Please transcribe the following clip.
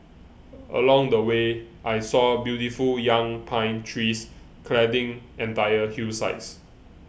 along the way I saw beautiful young pine trees cladding entire hillsides